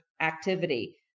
activity